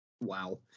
Wow